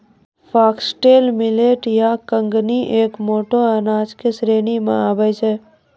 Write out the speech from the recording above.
foxtail millet या कंगनी एक मोटो अनाज के श्रेणी मॅ आबै छै